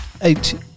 eight